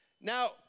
Now